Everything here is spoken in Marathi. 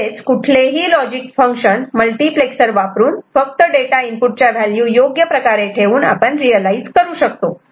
म्हणजेच कुठलेही लॉजिक फंक्शन मल्टिप्लेक्सर वापरून फक्त डेटा इनपुट च्या व्हॅल्यू योग्यप्रकारे ठेवून आपण रियलायझ करू शकतो